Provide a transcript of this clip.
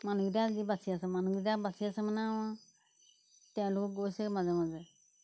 মানুহকেইটা যি বাচি আছে মানুহকেইটা বাচি আছে মানে আৰু আ তেওঁলোকো গৈছে মাজে মাজে